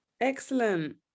Excellent